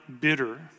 bitter